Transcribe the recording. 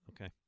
Okay